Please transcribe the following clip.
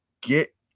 Get